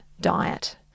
diet